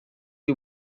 you